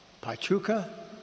Pachuca